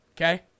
Okay